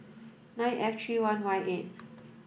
nine F three one Y eight